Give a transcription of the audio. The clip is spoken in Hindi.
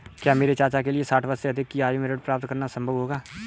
क्या मेरे चाचा के लिए साठ वर्ष से अधिक की आयु में ऋण प्राप्त करना संभव होगा?